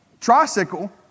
tricycle